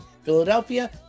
Philadelphia